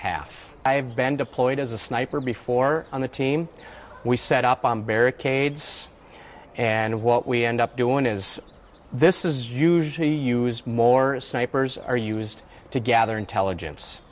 half i have been deployed as a sniper before on the team we set up on barricades and what we end up doing is this is usually used more snipers are used to gather intelligence